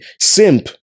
simp